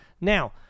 Now